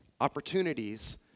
opportunities